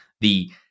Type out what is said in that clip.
the-